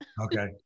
Okay